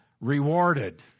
rewarded